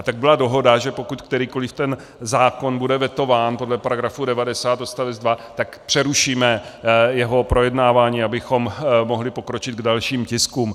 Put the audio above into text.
Tak byla dohoda, že pokud kterýkoliv zákon bude vetován podle § 90 odst. 2, tak přerušíme jeho projednávání, abychom mohli pokročit k dalším tiskům.